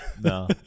No